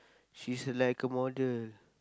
she's like a model